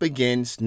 Begins